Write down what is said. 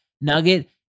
nugget